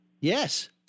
Yes